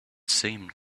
seemed